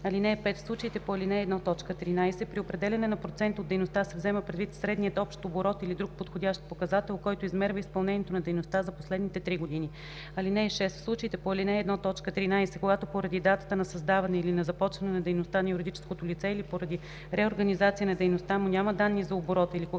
закона. (5) В случаите по ал. 1, т. 13 при определяне на процента от дейността се взема предвид средният общ оборот или друг подходящ показател, който измерва изпълнението на дейността за последните три години. (6) В случаите по ал. 1, т. 13, когато поради датата на създаване или на започване на дейността на юридическото лице или поради реорганизация на дейността му няма данни за оборота или когато